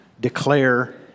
declare